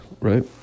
right